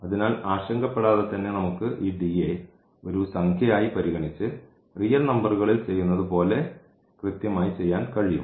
അതിനാൽ ആശങ്കപ്പെടാതെ തന്നെ നമുക്ക് ഈ യെ ഒരു സംഖ്യയായി പരിഗണിച്ച് റിയൽ നമ്പറുകളിൽ ചെയ്യുന്നതുപോലെ കൃത്യമായി ചെയ്യാൻ കഴിയും